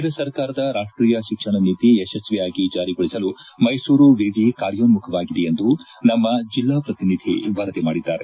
ಕೇಂದ್ರ ಸರಕಾರದ ರಾಷ್ಟೀಯ ಶಿಕ್ಷಣ ನೀತಿ ಯಶಸ್ವಿಯಾಗಿ ಜಾರಿಗೊಳಿಸಲು ಮೈಸೂರು ವಿವಿ ಕಾರ್ಯೋನ್ಮುಖವಾಗಿದೆ ಎಂದು ನಮ್ಮ ಜಲ್ಲಾ ಶ್ರತಿನಿಧಿ ವರದಿ ಮಾಡಿದ್ದಾರೆ